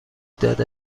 داده